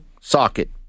socket